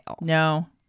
No